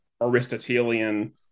Aristotelian